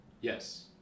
Yes